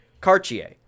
Cartier